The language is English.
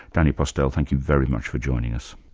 danny postel, thank you very much for joining us.